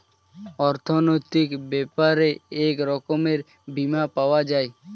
অর্থনৈতিক ব্যাপারে এক রকমের বীমা পাওয়া যায়